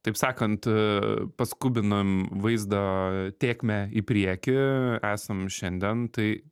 taip sakant paskubinom vaizdą tėkmę į priekį esam šiandien tai